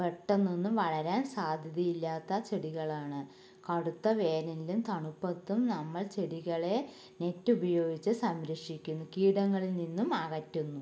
പെട്ടന്നൊന്നും വളരാൻ സാധ്യതയില്ലാത്ത ചെടികളാണ് കടുത്ത വേനലിലും തണുപ്പത്തും നമ്മൾ ചെടികളെ നെറ്റ് ഉപയോഗിച്ച് സംരക്ഷിക്കുന്നു കീടങ്ങളിൽ നിന്നും അകറ്റുന്നു